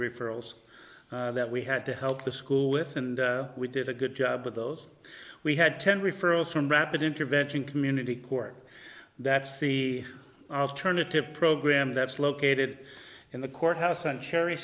referrals that we had to help the school with and we did a good job with those we had ten referrals from rapid intervention community court that's the alternative program that's located in the courthouse on cherry